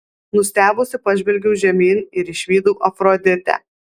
nustebusi pažvelgiau žemyn ir išvydau afroditę